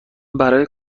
برای